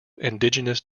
indigenous